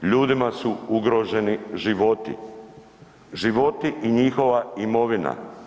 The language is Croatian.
Ljudima su ugroženi životi, životi i njihova imovina.